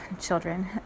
children